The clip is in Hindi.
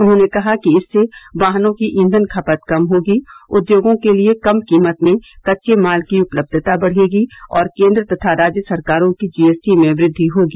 उन्होंने कहा कि इससे वाहनों की ईंधन खपत कम होगी उद्योगों के लिए कम कीमत में कच्चे माल की उपलब्यता बढ़ेगी और केन्द्र तथा राज्य सरकारों के जीएसटी में वृद्वि होगी